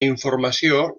informació